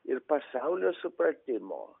ir pasaulio supratimo